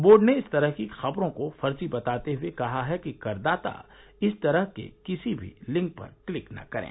board ने इस तरह की खबरों को फर्जी बताते हुए कहा है कि करदाता इस तरह के किसी भी लिंक पर क्लिक न करें